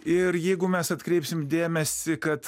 ir jeigu mes atkreipsim dėmesį kad